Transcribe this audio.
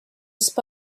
spy